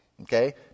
okay